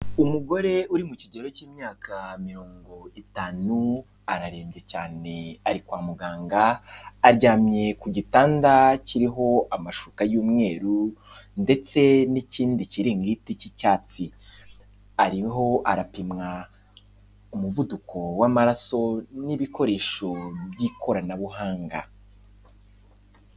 Umugore uri mu kigero cy'imyaka mirongo itanu, ararembye cyane ari kwa muganga, aryamye ku gitanda kiriho amashuka y'umweru ndetse n'ikindi kiringiti cy'icyatsi. Ariho arapimwa umuvuduko w'amaraso n'ibikoresho by'ikoranabuhanga.